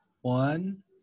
one